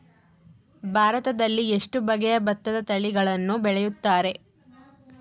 ಭಾರತದಲ್ಲಿ ಎಷ್ಟು ಬಗೆಯ ಭತ್ತದ ತಳಿಗಳನ್ನು ಬೆಳೆಯುತ್ತಾರೆ?